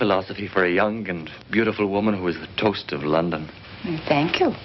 philosophy for a young and beautiful woman who was toast of london thank you